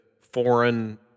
foreign